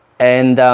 and